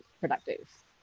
productive